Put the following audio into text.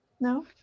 no